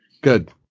Good